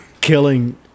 killing